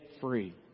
free